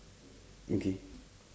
okay